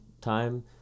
time